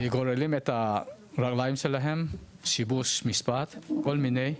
גוררים את הרגליים שלהם, שיבוש משפט, כל מיני,